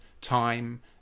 time